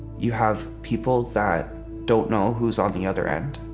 you have people that don't know who's on the other end.